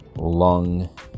Lung